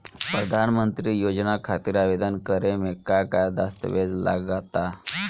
प्रधानमंत्री योजना खातिर आवेदन करे मे का का दस्तावेजऽ लगा ता?